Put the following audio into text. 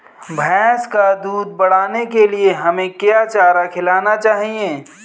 भैंस का दूध बढ़ाने के लिए हमें क्या चारा खिलाना चाहिए?